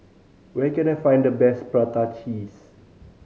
where can I find the best prata cheese